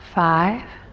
five,